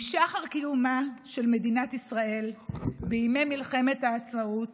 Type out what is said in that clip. משחר קיומה של מדינת ישראל בימי מלחמת העצמאות